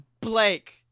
Blake